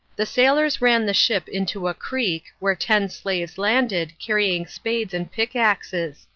the sailors ran the ship into a creek, where ten slaves landed, carrying spades and pickaxes.